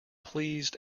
pleased